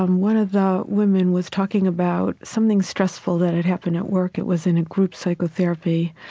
um one of the women was talking about something stressful that had happened at work. it was in a group psychotherapy,